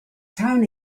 town